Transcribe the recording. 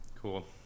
Cool